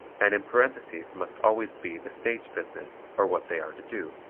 and in parenthesis must always be the stage business or what they are to do.